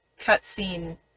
cutscene